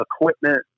equipment